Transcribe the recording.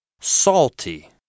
salty